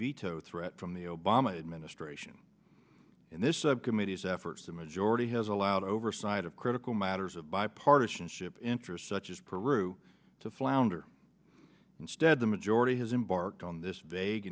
veto threat from the obama administration in this subcommittees efforts the majority has allowed oversight of critical matters of bipartisanship interest such as peru to flounder instead the majority has embarked on this b